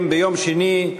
ביום שני,